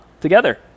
together